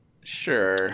Sure